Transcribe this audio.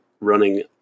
running